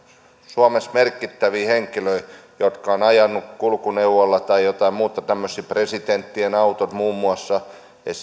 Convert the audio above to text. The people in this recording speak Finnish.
suomessa merkittäviä henkilöitä jotka ovat ajaneet kulkuneuvolla ja joitain muita tämmöisiä presidenttien autot muun muassa